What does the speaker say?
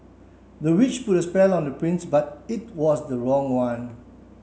the witch put a spell on the prince but it was the wrong one